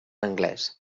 anglès